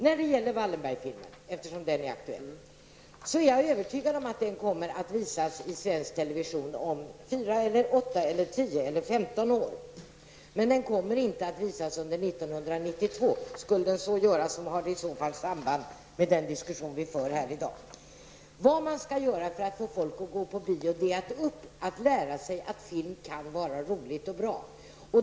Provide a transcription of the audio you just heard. Jag är övertygad om att Wallenbergfilmen kommer att visas i svensk television om sådär 4--15 år, men att den inte kommer att visas under 1992. I så fall skulle det ha samband med den diskussion vi för här i dag. För att förmå folk att gå på bio måste man lära människor att film kan vara roligt och bra.